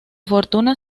fortuna